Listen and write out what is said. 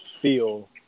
feel